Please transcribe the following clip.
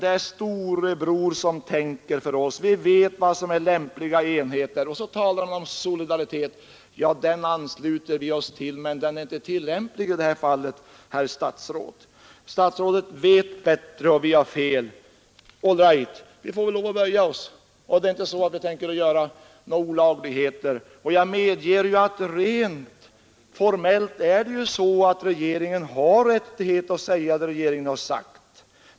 Det är storebror som tänker för oss och säger: Vi vet vad som är lämpliga enheter. Man talar om solidaritet. Den ansluter vi oss till, men den är inte tillämplig i det här fallet. Statsrådet vet bättre, och vi har fel! All right, vi får väl lov att böja oss, och vi tänker inte göra några olagligheter. Jag medger att rent formellt har regeringen rättighet att säga det regeringen har sagt.